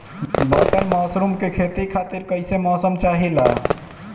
Button mushroom के खेती खातिर कईसे मौसम चाहिला?